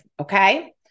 Okay